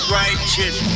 righteous